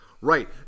Right